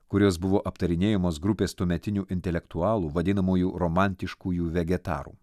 kurios buvo aptarinėjamos grupės tuometinių intelektualų vadinamųjų romantiškųjų vegetarų